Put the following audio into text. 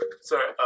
sorry